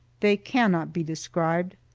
they can not be described.